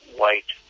white